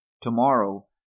Tomorrow